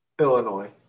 Illinois